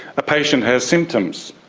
a patient has symptoms,